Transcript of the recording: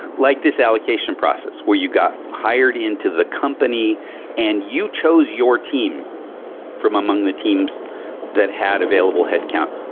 like this allocation process, where you got hired into the company and you chose your team from among the teams that had available headcount,